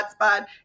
hotspot